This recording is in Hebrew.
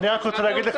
הלוואה.